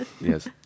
Yes